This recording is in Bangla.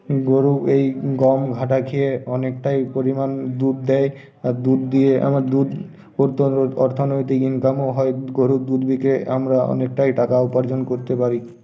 গরু এই গম ঘাটা খেয়ে অনেকটাই পরিমাণ দুধ দেয় আর দুধ দিয়ে আমরা দুধ অর্থনৈতিক ইনকামও হয় গরুর দুধ বিক্রি করেও আমরা অনেকটাই টাকা উপার্জন করতে পারি